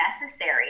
necessary